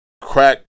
Crack